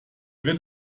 wird